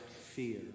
fear